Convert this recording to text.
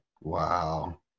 Wow